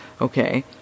Okay